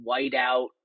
whiteout